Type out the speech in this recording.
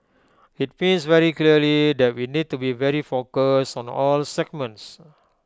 IT means very clearly that we need to be very focused on A all segments